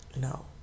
No